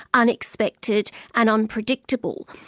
unexpected and unpredictable.